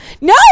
No